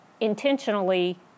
intentionally